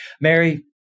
Mary